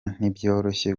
ntibyoroshye